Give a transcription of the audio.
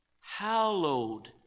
Hallowed